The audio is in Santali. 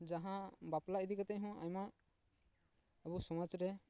ᱡᱟᱦᱟᱸ ᱵᱟᱯᱞᱟ ᱤᱫᱤ ᱠᱟᱛᱮ ᱦᱚᱸ ᱟᱭᱢᱟ ᱟᱵᱚ ᱥᱚᱢᱟᱡᱽ ᱨᱮ